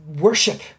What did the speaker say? worship